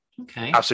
okay